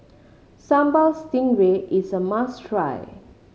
Sambal Stingray is a must try